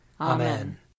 Amen